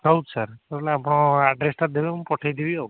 ରହୁଛି ସାର୍ ଆପଣ ଆଡ଼୍ରେସ୍ଟା ଦେବେ ମୁଁ ପଠାଇ ଦେବି ଆଉ